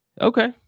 Okay